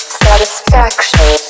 satisfaction